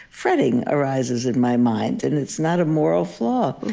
fretting arises in my mind and it's not a moral flaw.